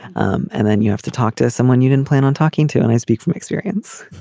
um and then you have to talk to someone you didn't plan on talking to and i speak from experience.